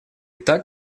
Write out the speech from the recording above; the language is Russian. так